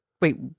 wait